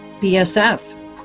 bsf